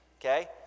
Okay